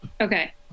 Okay